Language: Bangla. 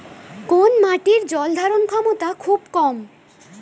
কোন মাটির জল ধারণ ক্ষমতা খুব কম?